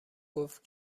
گفت